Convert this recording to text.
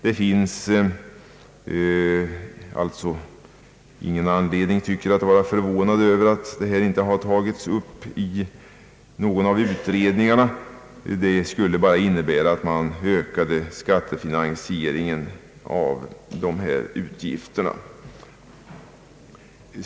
Det finns alltså ingen anledning att vara förvånad över att detta inte har tagits upp i någon av utredningarna. Det skulle bara innebära att man ökade skattefinansieringen av dessa kostnader.